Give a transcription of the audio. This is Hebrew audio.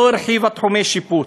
לא הרחיבה תחומי שיפוט.